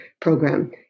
program